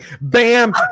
bam